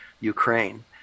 Ukraine